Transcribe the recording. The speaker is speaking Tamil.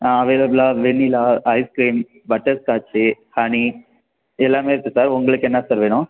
ஆ அவைலபிளாக வெண்ணிலா ஐஸ்க்ரீம் பட்டர்ஸ்காட்ச்சி ஹனி இதெல்லாமே இருக்குது சார் உங்களுக்கு என்ன சார் வேணும்